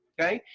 okay?